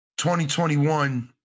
2021